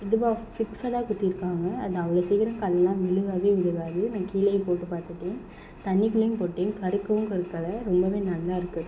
இதுவாக ஃபிக்சடாக குத்தியிருக்காங்க அது அவ்வளோ சீக்கரம் கல்லாம் விழுகவே விழுகாது நான் கீழையும் போட்டு பார்த்துட்டேன் தண்ணி குள்ளேயும் போட்டேன் கருக்கவும் கருக்கலை ரொம்பவே நல்லா இருக்கு